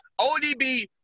ODB